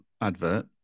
advert